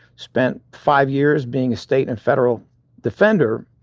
spent five years being a state and federal defender,